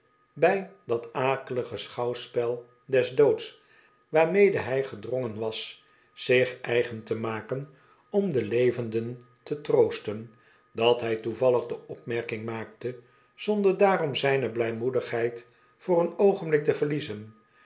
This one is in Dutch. by dat akelige schouwspel des doods waarmede hij gedrongen was zich eigen te maken om de levenden te troosten dat hij toevallig de opmerking maakte zonder daarom zijne blijmoedigheid voor een'oogenblik te verliezen